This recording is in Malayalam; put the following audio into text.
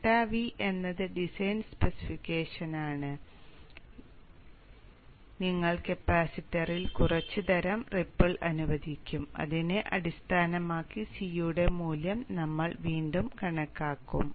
∆V എന്നത് ഡിസൈൻ സ്പെസിഫിക്കേഷനാണ് ഇത് ഡിസൈൻ സ്പെസിഫിക്കേഷനായിരിക്കണം നിങ്ങൾ കപ്പാസിറ്ററിൽ കുറച്ച് തരം റിപ്പിൾ അനുവദിക്കും അതിനെ അടിസ്ഥാനമാക്കി C യുടെ മൂല്യം നമ്മൾ വീണ്ടും കണക്കാക്കും